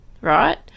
right